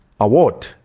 Award